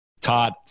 Todd